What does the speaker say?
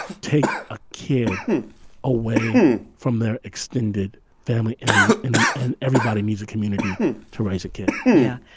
take a kid away from their extended family any and and everybody needs a community to raise a kid yeah,